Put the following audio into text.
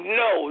no